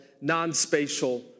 non-spatial